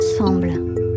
Ensemble